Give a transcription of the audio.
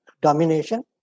domination